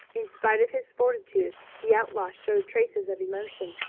in spite of his fortitude the outlaw showed traces of emotion.